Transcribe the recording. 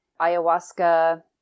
ayahuasca